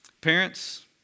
Parents